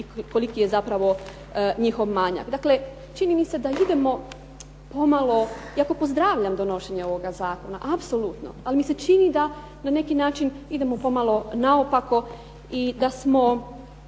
i koliki je zapravo njihov manjak. Dakle, čini mi se da idemo pomalo, iako pozdravljam donošenje ovoga zakona, apsolutno ali mi se čini da na neki način idemo pomalo naopako i da smo,